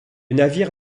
navire